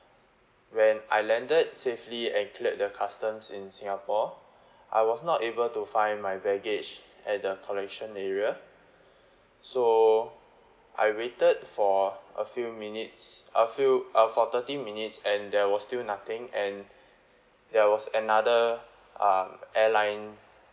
when I landed safely and cleared the customs in singapore I was not able to find my baggage at the collection area so I waited for a few minutes a few uh for thirty minutes and there was still nothing and there was another um airline